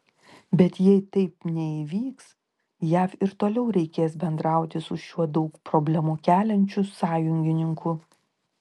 bet jei taip neįvyks jav ir toliau reikės bendrauti su šiuo daug problemų keliančiu sąjungininku